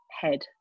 head